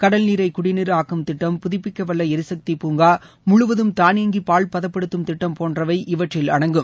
கடல்நீரை குடிநீராக்கும் திட்டம் புதப்பிக்கவல்ல ளிக்தி பூங்கா முழுவதும் தானியங்கி பால்பதப்படுத்தும் திட்டம் போன்றவை இவற்றில் அடங்கும்